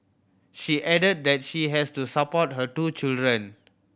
she added that she has to support her two children